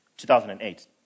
2008